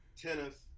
tennis